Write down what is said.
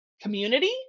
community